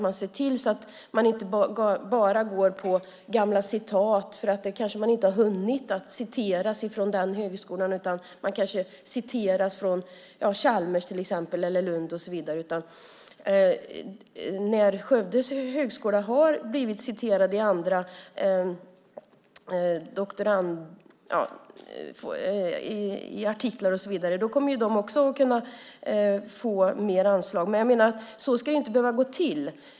Man ska inte gå på gamla citat, för man kanske inte har hunnit citeras från den högskolan, utan det kanske citeras från Chalmers eller Lund och så vidare. När Högskolan i Skövde väl har blivit citerad i artiklar och så vidare kommer också de att kunna få mer anslag. Men jag menar att det inte ska behöva gå till så.